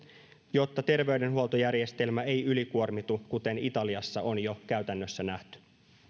jotta terveydenhuoltojärjestelmä ei ylikuormitu kuten italiassa on jo käytännössä nähty